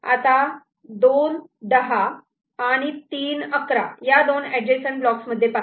आता 2 10 आणि 3 11 या दोन ऍडजसंट ब्लॉक्स मध्ये पहा